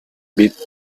bit